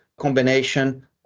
combination